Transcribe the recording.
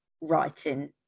writing